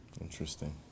Interesting